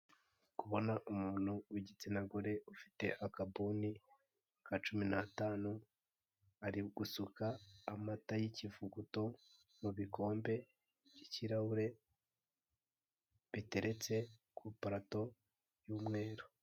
Kubona umuntu w'igitsina gore ufite akabuni ka cumi n'atanu ari gusuka amata y'ikivuguto mubikombe by'ikirahure biteretse kw'iparato y'umweru.